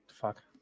Fuck